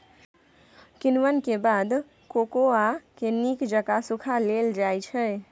किण्वन के बाद कोकोआ के नीक जकां सुखा लेल जाइ छइ